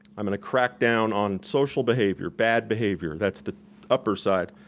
i'm gonna crack down on social behavior, bad behavior, that's the upper side.